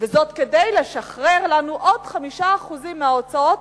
וזאת כדי לשחרר לנו עוד 5% מההוצאות